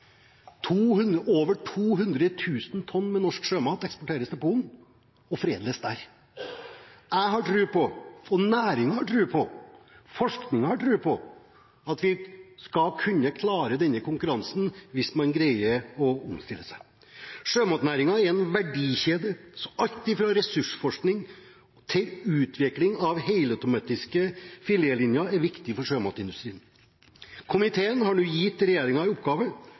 Over 200 000 tonn med norsk sjømat eksporteres til Polen og foredles der. Jeg har tro på, næringen har tro på og forskningen har tro på at man skal kunne klare denne konkurransen hvis man greier å omstille seg. Sjømatnæringen er en verdikjede, så alt fra ressursforskning til utvikling av helautomatiserte filetlinjer er viktig for sjømatindustrien. Komiteen har nå gitt regjeringen i oppgave